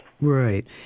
Right